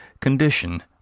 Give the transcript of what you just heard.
condition